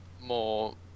more